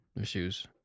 issues